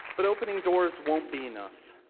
but opening doors won't be enough.